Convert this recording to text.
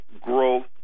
growth